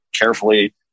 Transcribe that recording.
carefully